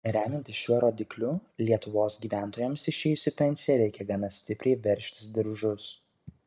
remiantis šiuo rodikliu lietuvos gyventojams išėjus į pensiją reikia gana stipriai veržtis diržus